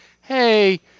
hey